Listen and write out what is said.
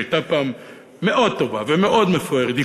שהייתה פעם מאוד טובה ומאוד מפוארת,